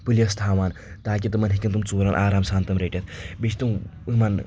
police تھاوان تاکہِ تِمن ہؠکن تِم ژوٗرَن آرام سان تِم رٔٹِتھ بییٚہِ چھِ تِم ہُمن